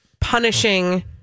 punishing